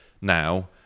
now